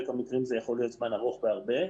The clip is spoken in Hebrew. מהמקרים זה יכול להיות זמן הרבה יותר ארוך,